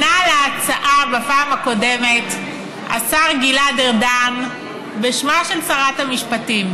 בפעם הקודמת ענה על ההצעה השר גלעד ארדן בשמה של שרת המשפטים,